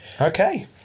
Okay